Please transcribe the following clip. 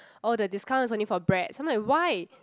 oh the discount is only for bread so I'm like why